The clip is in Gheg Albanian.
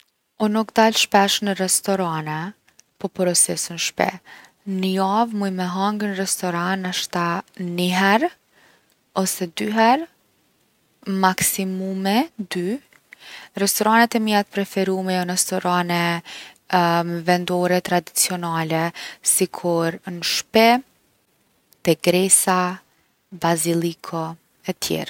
Unë nuk dal shpesh në restorane po porosis n’shpi. N’javë muj me hangër n’restoran nashta 1 her’ ose 2 her’, maksimumi 2. Restoranet e mija t’preferume jon restorane vendore tradicionale sikur Shpi, te Gresa, Basilico, e tjerë.